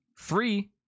Three